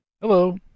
Hello